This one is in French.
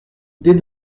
des